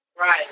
Right